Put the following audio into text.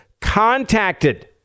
contacted